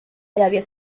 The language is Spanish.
arabia